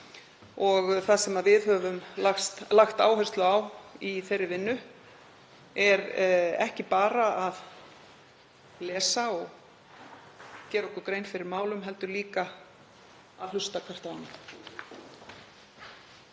og það sem við höfum lagt áherslu á í þeirri vinnu er ekki bara að lesa og gera okkur grein fyrir málum heldur líka að hlusta hvert á